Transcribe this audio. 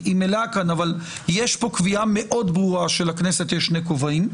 היא מלאה כאן אבל יש כאן קביעה מאוד ברורה שלכנסת יש שני כובעים,